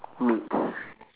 meat